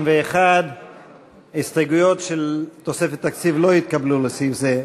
61. ההסתייגויות של תוספת תקציב לא התקבלו לסעיף זה.